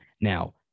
Now